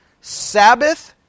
Sabbath